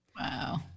Wow